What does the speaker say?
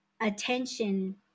attention